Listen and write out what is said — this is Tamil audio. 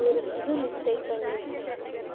ஒரு புது லிஸ்ட்டை பண்ணு